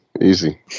easy